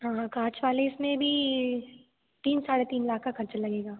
हाँ हाँ कांच वाले इसमें भी तीन साढ़े तीन लाख का खर्चा लगेगा